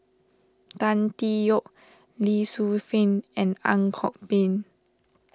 Tan Tee Yoke Lee Tzu Pheng and Ang Kok Peng